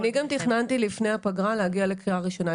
אני גם תכננתי לפני הפגרה להגיע לקריאה ראשונה.